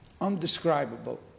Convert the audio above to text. undescribable